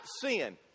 sin